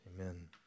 Amen